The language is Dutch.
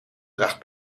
draagt